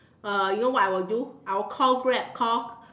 uh you know what I will do I will call Grab call